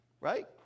Right